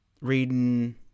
reading